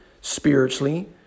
spiritually